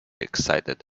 excited